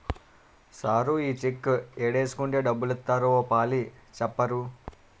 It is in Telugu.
సారూ ఈ చెక్కు ఏడేసుకుంటే డబ్బులిత్తారో ఓ పాలి సెప్పరూ